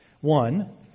One